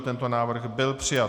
Tento návrh byl přijat.